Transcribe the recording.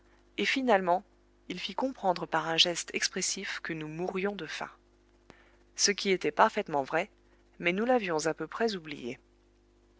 et finalement il fit comprendre par un geste expressif que nous mourions de faim ce qui était parfaitement vrai mais nous l'avions à peu près oublié